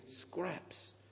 scraps